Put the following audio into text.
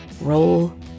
Roll